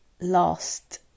last